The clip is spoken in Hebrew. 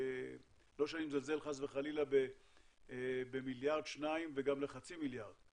לא שאני מזלזל חס וחלילה במיליארד או שניים וגם בחצי מיליארד,